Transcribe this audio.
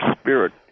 spirit